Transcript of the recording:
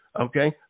Okay